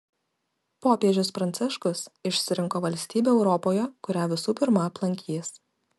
popiežius pranciškus išsirinko valstybę europoje kurią visų pirma aplankys